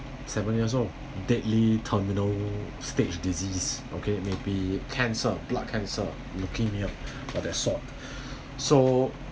seven years old deadly terminal stage disease okay may be cancer blood cancer leukemia or that sort so